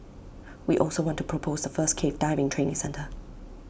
we also want to propose the first cave diving training centre